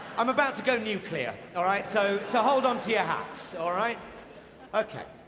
i'm about to go nuclear. all right. so, so hold on to your hats. all right. ok.